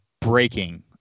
breaking